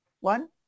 one